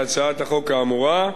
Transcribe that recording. להצעת החוק האמורה,